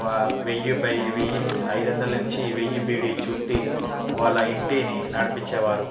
వా వెయ్యిపై వెయ్యి నుంచి ఐదువందల నుంచి వెయ్యి బీడీ చుట్టి వాళ్ళ ఇంటిని నడిపిచ్చేవారు